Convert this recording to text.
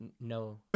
No